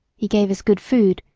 he gave us good food,